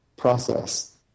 Process